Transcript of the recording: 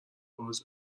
باز